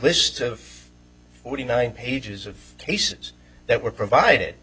list of forty nine pages of cases that were provided